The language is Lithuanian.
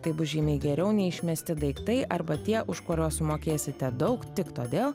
taip bus žymiai geriau nei išmesti daiktai arba tie už kuriuos sumokėsite daug tik todėl